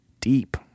deep